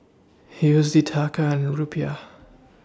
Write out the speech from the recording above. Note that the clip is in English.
U S D Taka and Rupiah